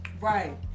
Right